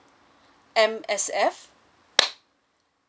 M_S_F